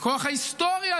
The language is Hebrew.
מכוח ההיסטוריה,